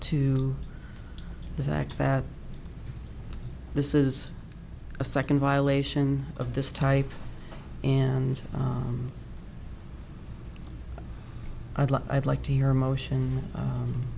to the fact that this is a second violation of this type and i'd like i'd like to your motion